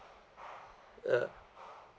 ya